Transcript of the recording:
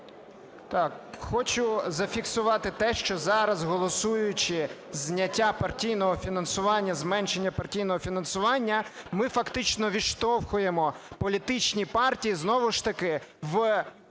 Я.Р. Хочу зафіксувати те, що, зараз голосуючи зняття партійного фінансування, зменшення партійного фінансування, ми фактично відштовхуємо політичні партії знову ж таки в